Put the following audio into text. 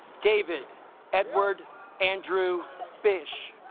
david edward andrew fish